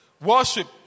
Worship